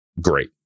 great